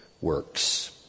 works